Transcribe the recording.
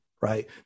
right